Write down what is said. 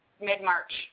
mid-march